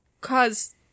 cause